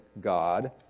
God